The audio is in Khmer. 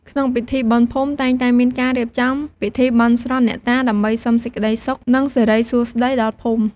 ក្នុងពិធីបុណ្យភូមិ តែងតែមានការរៀបចំពិធីបន់ស្រន់អ្នកតា ដើម្បីសុំសេចក្ដីសុខ និងសិរីសួស្ដីដល់ភូមិ។